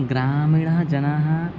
ग्रामीणाः जनाः